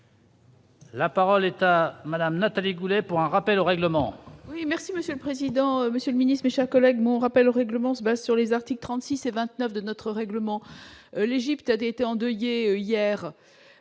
La parole est à madame Nathalie Goulet pour un rappel au règlement.